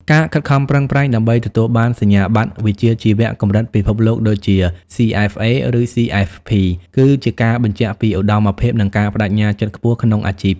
ការខិតខំប្រឹងប្រែងដើម្បីទទួលបានសញ្ញាបត្រវិជ្ជាជីវៈកម្រិតពិភពលោកដូចជា CFA ឬ CFP គឺជាការបញ្ជាក់ពីឧត្តមភាព និងការប្ដេជ្ញាចិត្តខ្ពស់ក្នុងអាជីព។